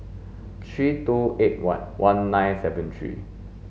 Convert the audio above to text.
three two eight one one nine seven three